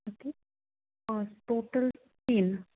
okay total तीन